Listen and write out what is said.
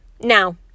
Now